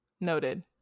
Noted